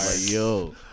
Yo